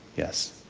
yes.